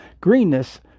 greenness